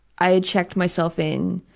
i checked myself in